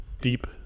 deep